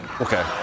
Okay